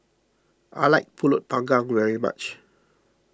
I like Pulut Panggang very much